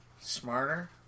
smarter